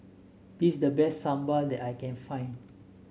this is the best sambal that I can find